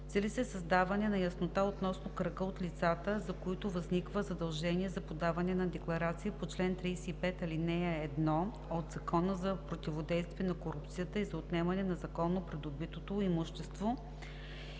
Цели се създаване на яснота относно кръга от лицата, за които възниква задължение за подаване на декларации по чл. 35, ал. 1 от Закона за противодействие на корупцията и за отнемане на незаконно придобитото имущество